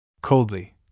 Coldly